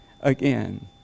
again